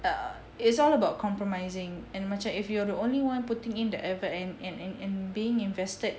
err it is all about compromising and macam if you're the only one putting in the effort and and and being invested